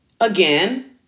Again